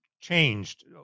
changed